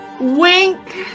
Wink